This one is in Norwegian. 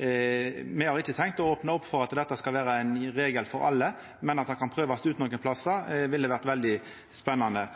Me har ikkje tenkt å opna opp for at dette skal vera ein regel for alle, men om det kunne prøvast ut nokre plassar, ville det vore veldig spennande.